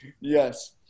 Yes